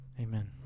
Amen